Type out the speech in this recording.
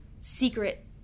secret